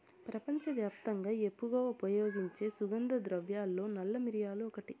ప్రపంచవ్యాప్తంగా ఎక్కువగా ఉపయోగించే సుగంధ ద్రవ్యాలలో నల్ల మిరియాలు ఒకటి